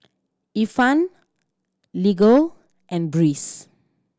Ifan Lego and Breeze